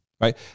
right